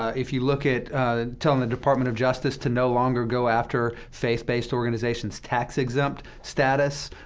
if you look at telling the department of justice to no longer go after faith-based organizations' tax-exempt status,